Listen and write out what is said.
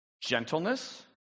Gentleness